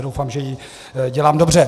Doufám, že ji dělám dobře.